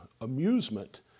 amusement